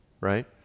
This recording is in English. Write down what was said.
right